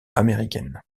américaine